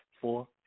four